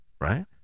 right